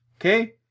okay